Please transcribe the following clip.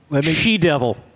She-Devil